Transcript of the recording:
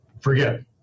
forget